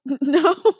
No